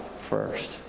first